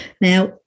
Now